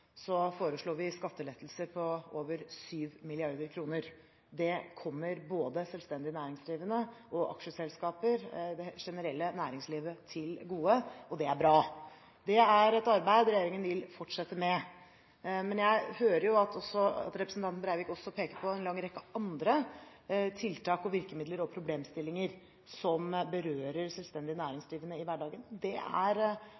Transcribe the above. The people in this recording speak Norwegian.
vi skattelettelser på over 7 mrd. kr. Det kommer både selvstendig næringsdrivende, aksjeselskaper og det generelle næringslivet til gode, og det er bra. Det er et arbeid regjeringen vil fortsette med. Jeg hører at representanten Breivik også peker på en lang rekke andre tiltak, virkemidler og problemstillinger som berører selvstendig næringsdrivende i hverdagen. Det er